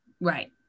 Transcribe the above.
Right